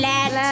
Let